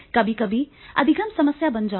कभी कभी अधिगम समस्या बन जाता है